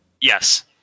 Yes